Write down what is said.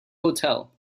hotel